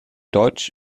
deutsch